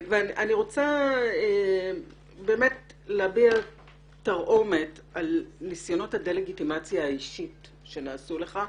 אני רוצה להביע תרעומת על ניסיונות הדה-לגיטימציה האישית שנעשו כלפיך.